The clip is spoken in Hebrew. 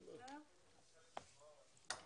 תודה רבה.